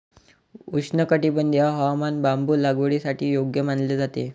उष्णकटिबंधीय हवामान बांबू लागवडीसाठी योग्य मानले जाते